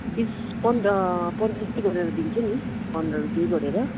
बिस पन्ध्र पन्ध्र रुपियाँ गरेर दिन्छु नि पन्ध्र रुपियाँ गरेर